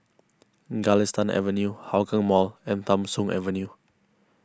Galistan Avenue Hougang Mall and Tham Soong Avenue